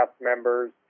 members